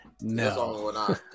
No